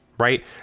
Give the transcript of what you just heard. right